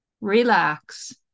relax